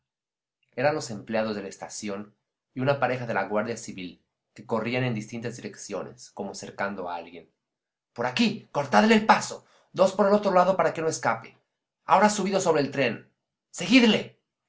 eran los empleados los mozos de la estación y una pareja de la guardia civil que corrían en distintas direcciones como cercando a alguien por aquí cortadle el paso dos por el otro lado para que no escape ahora ha subido sobre el tren seguidle